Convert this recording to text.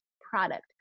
product